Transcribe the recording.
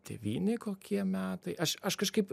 devyni kokie metai aš aš kažkaip